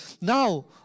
Now